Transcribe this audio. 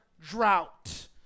drought